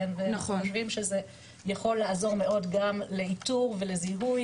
אנחנו חושבים שזה יכול לעזור מאוד גם לאיתור ולזיהוי